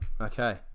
Okay